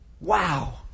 Wow